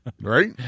Right